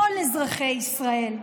כל אזרחי ישראל,